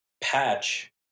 patch